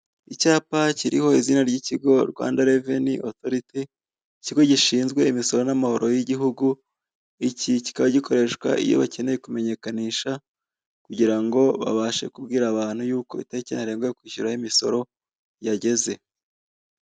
Icyapa kiriho izina ry'ikigo Rwanda reveni otoriti, ikigo gishinzwe imisoro n'amahoro y'igihugu, iki kikaba gikoreshwa iyo bakeneye kumenyekanisha kugira ngo babashe kubwira abantu yuko itariki ntarengwa yo kwishyura imisoro yageze.